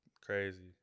Crazy